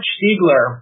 Stiegler